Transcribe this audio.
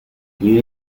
you